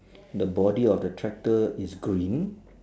the body of the tractor is green